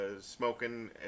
smoking